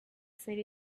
say